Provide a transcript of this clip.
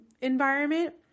environment